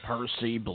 Percy